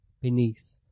Beneath